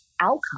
outcome